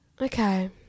Okay